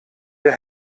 der